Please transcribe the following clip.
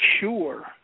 sure